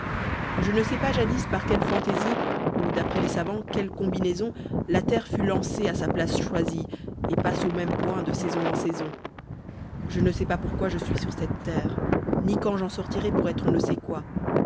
je ne sais pas jadis par quelle fantaisie ou d'après les savants quelle combinaison la terre fut lancée à sa place choisie et passe aux mêmes points de saison en saison je ne sais pas pourquoi je suis sur cette terre ni quand j'en sortirai pour être on ne sait quoi